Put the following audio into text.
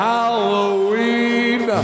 Halloween